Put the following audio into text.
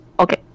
Okay